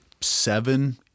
seven